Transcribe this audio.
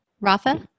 Rafa